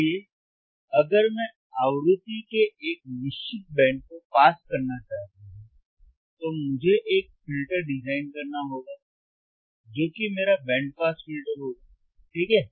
इसलिए अगर मैं आवृत्ति के एक निश्चित बैंड को पास करना चाहता हूं तो मुझे एक फिल्टर डिजाइन करना होगा जो कि मेरा बैंड पास फिल्टर होगा ठीक है